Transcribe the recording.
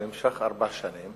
שנמשך ארבע שנים,